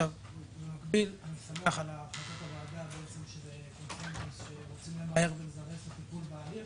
במקביל אני שמח על החלטת הוועדה שרוצים למהר ולזרז את הטיפול בהליך.